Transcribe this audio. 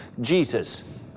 Jesus